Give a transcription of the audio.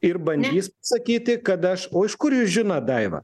ir bandys sakyti kad aš o iš kur jūs žinot daiva